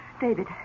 David